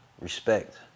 respect